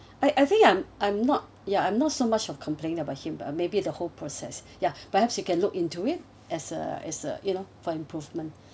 I I think I'm I'm not yeah I'm not so much of complaining about him but uh maybe the whole process yeah perhaps you can look into it as a as a you know for improvement